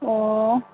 ꯑꯣ